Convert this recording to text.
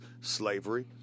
slavery